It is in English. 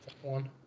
one